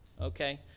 okay